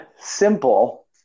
simple